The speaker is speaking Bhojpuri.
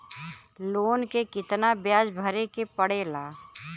लोन के कितना ब्याज भरे के पड़े ला?